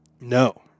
No